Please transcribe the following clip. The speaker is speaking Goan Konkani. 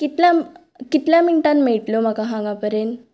कितल्या कितल्या मिण्टान मेळटल्यो म्हाका हांगा परेन